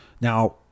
Now